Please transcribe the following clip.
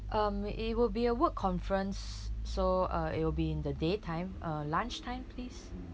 um it will be a work conference so uh it will be in the daytime uh lunchtime please